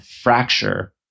fracture